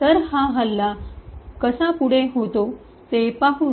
तर हा हल्ला कसा पुढे होतो ते पाहू